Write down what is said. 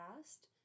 past